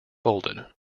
folded